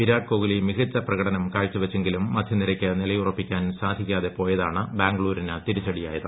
വിരാട് കോഹ്ലി മികച്ച പ്രക്ടുടുക്ടും കാഴ്ച വച്ചെങ്കിലും മധ്യനിരയ്ക്ക് നിലയുറപ്പിക്കാൻ സാധിക്കാതെ പോയതാണ് ബാംഗ്ലൂരിന് തിരിച്ചടിയായത്